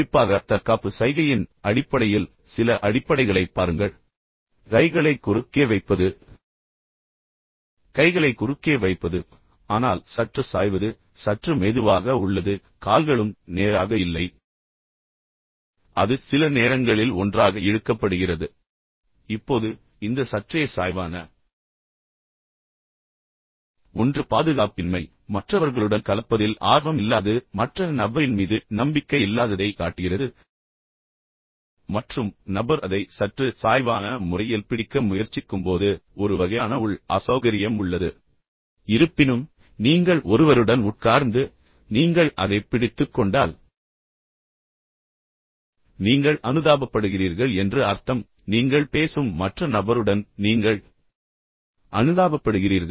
குறிப்பாக தற்காப்பு சைகையின் அடிப்படையில் சில அடிப்படைகளைப் பாருங்கள் இப்போது கைகளை குறுக்கே வைப்பது கைகளைக் குறுக்கே வைப்பது ஆனால் சற்று சாய்வது எனவே சற்று மெதுவாக உள்ளது கால்களும் நேராக இல்லை பின்னர் அது சில நேரங்களில் ஒன்றாக இழுக்கப்படுகிறது இப்போது இந்த சற்றே சாய்வான ஒன்று பாதுகாப்பின்மை மற்றவர்களுடன் கலப்பதில் ஆர்வம் இல்லாதது மற்ற நபரின் மீது நம்பிக்கை இல்லாததை காட்டுகிறது மற்றும் நபர் அதை சற்று சாய்வான முறையில் பிடிக்க முயற்சிக்கும்போது ஒரு வகையான உள் அசௌகரியம் உள்ளது இருப்பினும் நீங்கள் ஒருவருடன் உட்கார்ந்து பின்னர் நீங்கள் அதைப் பிடித்துக் கொண்டால் நீங்கள் அனுதாபப்படுகிறீர்கள் என்று அர்த்தம் நீங்கள் பேசும் மற்ற நபருடன் நீங்கள் அனுதாபப்படுகிறீர்கள்